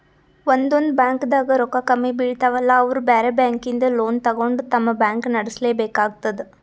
ಒಂದೊಂದ್ ಬ್ಯಾಂಕ್ದಾಗ್ ರೊಕ್ಕ ಕಮ್ಮಿ ಬೀಳ್ತಾವಲಾ ಅವ್ರ್ ಬ್ಯಾರೆ ಬ್ಯಾಂಕಿಂದ್ ಲೋನ್ ತಗೊಂಡ್ ತಮ್ ಬ್ಯಾಂಕ್ ನಡ್ಸಲೆಬೇಕಾತದ್